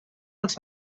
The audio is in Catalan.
els